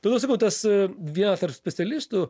todėl sakau tas vienas tarp specialistų